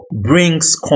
brings